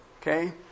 Okay